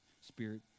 spirit